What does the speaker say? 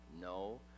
No